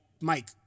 Mike